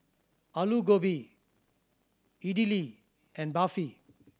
Alu Gobi Idili and Barfi